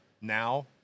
Now